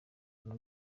umwe